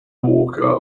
walker